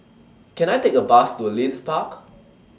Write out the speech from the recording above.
Can I Take A Bus to Leith Park